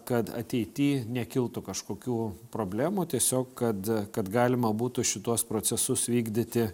kad ateity nekiltų kažkokių problemų tiesiog kad kad galima būtų šituos procesus vykdyti